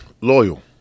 Loyal